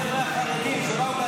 החבר'ה החרדים שבאו,